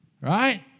Right